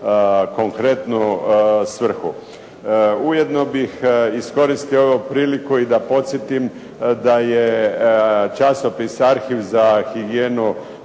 konkretnu svrhu. Ujedno bih iskoristio ovu priliku i da podsjetim da je časopis "Arhiv" za higijenu